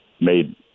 made